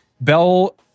Bell